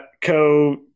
co